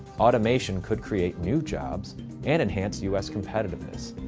automation could create new jobs and enhance u s. competitiveness,